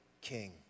king